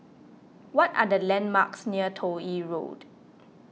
what are the landmarks near Toh Yi Road